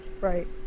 right